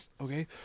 Okay